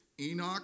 Enoch